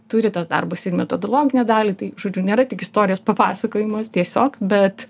turi tas darbas ir metodologinę dalį tai žodžiu nėra tik istorijos papasakojimas tiesiog bet